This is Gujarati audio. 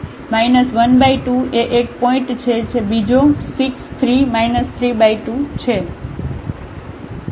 તેથી 2 1 12એ એક પોઇન્ટ છે બીજો 6 3 32 છે